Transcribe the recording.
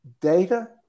data